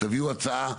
תביאו הצעה.